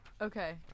Okay